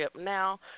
Now